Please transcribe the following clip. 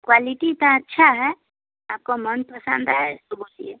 quality तो अच्छा है आपको मनपसंद आए तो बोलिए